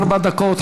ארבע דקות,